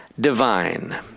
divine